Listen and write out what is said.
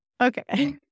Okay